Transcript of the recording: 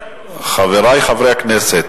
עד 22:00, חברי חברי הכנסת,